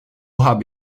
habe